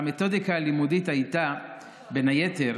והמתודיקה הלימודית הייתה בין היתר